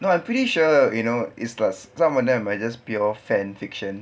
no I'm pretty sure you know is trust some of them are just pure fan fiction